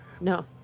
No